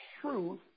truth